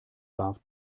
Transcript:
warf